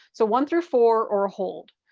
so one through four or hold.